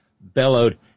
bellowed